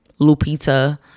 Lupita